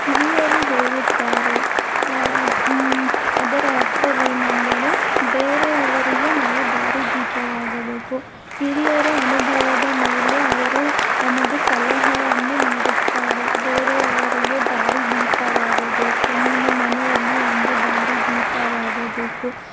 ಹಿರಿಯರು ಹೇಳುತ್ತಾರೆ ಅದರ ಅರ್ಥವೇನೆಂದರೆ ಬೇರೆಯವರಿಗೆ ನಾವು ದಾರಿದೀಪವಾಗಬೇಕು ಹಿರಿಯರ ಅನುಭವದ ಮೇಲೆ ಅವರು ನಮಗೆ ಸಲಹೆಯನ್ನು ನೀಡುತ್ತಾರೆ ಬೇರೆಯವರಿಗೆ ದಾರಿದೀಪವಾಗಬೇಕು ನೀನು ಮನೆಯಲ್ಲಿ ಒಂದು ದಾರಿದೀಪವಾಗಬೇಕು